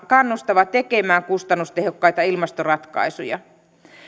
kannustava tekemään kustannustehokkaita ilmastoratkaisuja